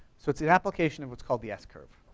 so it's an application of what's called the s-curve.